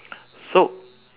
so